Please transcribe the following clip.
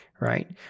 right